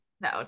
No